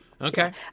Okay